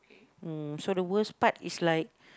mm so the worst part is like